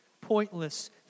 pointless